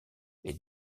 les